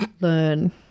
learn